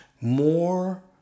more